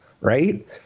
right